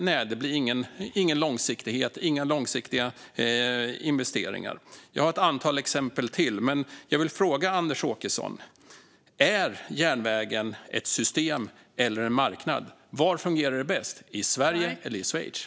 Nej, det blir ingen långsiktighet och inga långsiktiga investeringar. Jag har ett antal exempel till. Men jag vill fråga Anders Åkesson om järnvägen är ett system eller en marknad. Var fungerar det bäst, i Sverige eller i Schweiz?